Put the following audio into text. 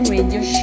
Radio